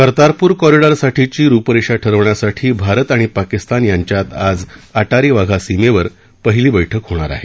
कर्तारपूर कॉरिडॉरसाठीची रुपरेषा ठरवण्यासाठी भारत आणि पाकिस्तान यांच्यात आज अटारी वाघा सीमेवर पहिली बैठक होणार आहे